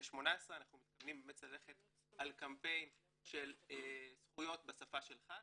אנחנו מתכוונים ללכת על קמפיין של זכויות בשפה שלך,